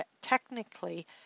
technically